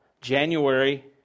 January